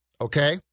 okay